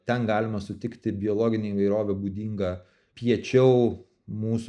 ten galima sutikti biologinę įvairovę būdingą piečiau mūsų